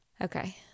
okay